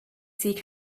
seek